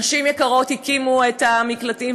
נשים יקרות הקימו את המקלטים,